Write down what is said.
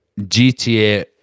GTA